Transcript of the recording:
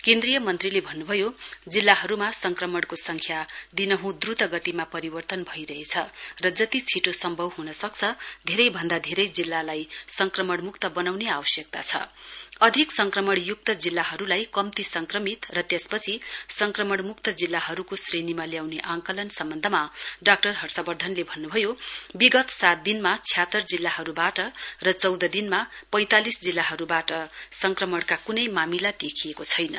केन्द्रीय मन्त्रीले भन्नुभयो जिल्लाहरुमा संक्रमणको संख्या दिनुहुँ द्रुत गतिमा परिवर्तन भइरहेछ र जति छिटो सम्भव हुन सक्छ धेरै भन्दा धेरै जिल्लालाई संक्रमण मुक्त वनाउने आवश्यकता छ अधिक संक्रमणयुक्त जिल्लाहरुलाई कम्ती संक्रमित र त्यसपछि संक्रमण मुक्त जिल्लाहरुको श्रेणीमा ल्याउने आंकलन सम्वन्धमा डाक्टर हर्षवर्धनले भन्नुभयो विगत सात दिनमा छ्यात्तर जिल्लाहरुवाट र चौध दिनमा पैंतालिस जिल्लाहरुवाट संक्रमणका कुनै मामिला देखिएको छैन